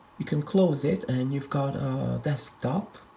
you can close it, and you've got a desktop.